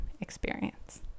experience